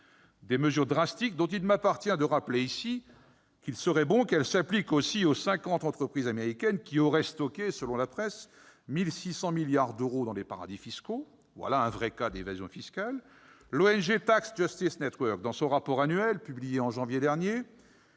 des mesures drastiques, dont il m'appartient de rappeler ici qu'elles devraient s'appliquer aussi aux cinquante entreprises américaines qui auraient stocké, selon la presse, 1 600 milliards d'euros dans des paradis fiscaux. Voilà un vrai cas d'évasion fiscale ! L'ONG Tax Justice Network, dans son rapport annuel publié en janvier dernier,